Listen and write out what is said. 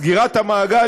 סגירת המעגל,